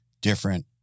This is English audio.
different